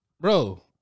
Bro